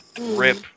Rip